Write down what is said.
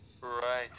Right